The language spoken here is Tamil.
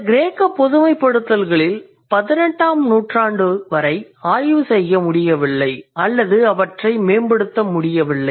இந்த கிரேக்க பொதுமைப்படுத்தல்களில் 18 ஆம் நூற்றாண்டு வரை ஆய்வு செய்ய முடியவில்லை அல்லது அவற்றை மேம்படுத்த முடியவில்லை